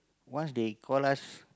once they call us